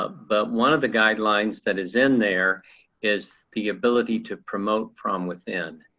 but one of the guidelines that is in there is the ability to promote from within.